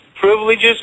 privileges